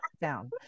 down